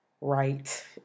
right